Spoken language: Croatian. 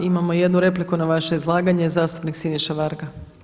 Imamo jednu repliku na vaše izlaganje, zastupnik Siniša Varga.